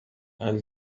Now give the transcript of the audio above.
and